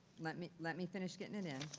let me, let me finish getting it in.